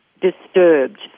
disturbed